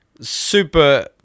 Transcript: super